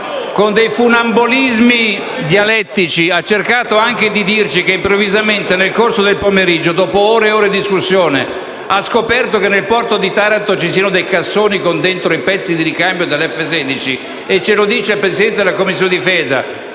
con dei funambolismi dialettici, ha cercato di dirci che improvvisamente nel corso del pomeriggio, dopo ore ed ore di discussione, ha scoperto che nel porto di Taranto ci sono dei cassoni con dentro i pezzi di ricambio degli F-16. E ce lo dice il Presidente della Commissione difesa,